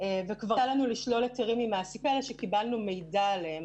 וכבר יצא לנו לשלול היתרים ממעסיקים כאלה שקיבלנו מידע עליהם